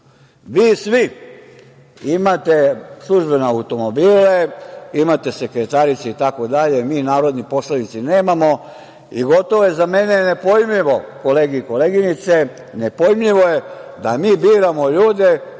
svi imate službene automobile, imate sekretarice itd. Mi narodni poslanici nemamo i gotovo je za mene nepojmljivo, kolege i koleginice, nepojmljivo je da mi biramo ljude